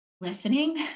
listening